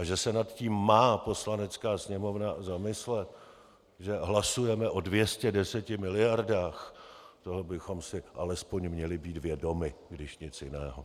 A že se nad tím má Poslanecká sněmovna zamyslet, že hlasujeme o 210 miliardách, toho bychom si alespoň měli být vědomi, když nic jiného.